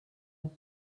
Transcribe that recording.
aux